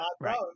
Right